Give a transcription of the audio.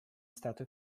stato